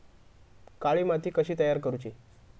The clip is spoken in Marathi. काळी माती कशी तयार करूची?